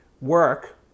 work